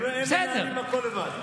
עצמאי, הם מנהלים הכול לבד.